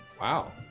Wow